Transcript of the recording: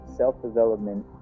self-development